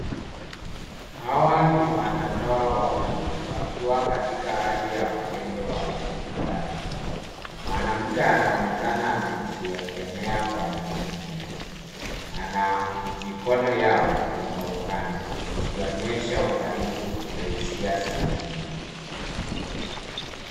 Hawa ni wanandoa wawili wakiwa katika hali ya upendo wa faraja. Mwanamke anaonekana amejiegemea kwa mwanaume na mikono yao imeungana ikionyesha ukaribu na hisia za kina.